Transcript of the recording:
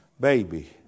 baby